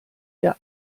der